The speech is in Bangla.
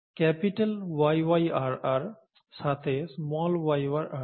YYRR সাথে yyrr এর একই ধরণের ক্রস